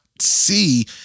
see